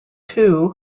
too